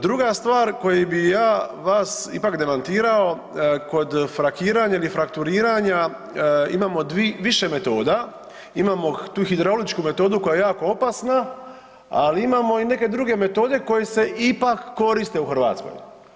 Druga stvar koju bi ja vas ipak demantirao kod frakiranja ili frakturiranja, imamo više metoda, imamo tu hidrauličku metodu koja je jako opasna ali imamo i neke druge metode koje se ipak koriste u Hrvatskoj.